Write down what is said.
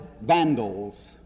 vandals